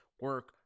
Work